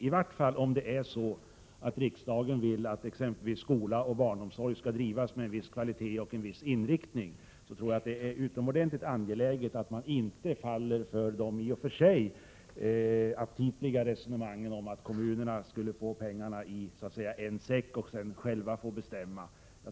I varje fall om riksdagen vill att exempelvis skola och barnomsorg skall ha en viss kvalitet och en viss inriktning, tror jag att det är utomordentligt angeläget att man inte faller för de i och för sig aptitliga resonemangen om att kommunerna så att säga skulle få pengarna i en säck och sedan själva få bestämma.